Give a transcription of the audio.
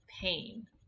pain